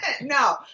No